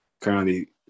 Currently